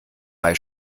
bei